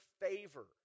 favor